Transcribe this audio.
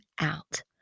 out